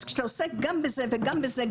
אז כשאתה עוסק גם בזה וגם בזה,